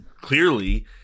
clearly